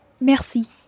Merci